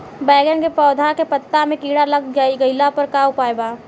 बैगन के पौधा के पत्ता मे कीड़ा लाग गैला पर का उपाय बा?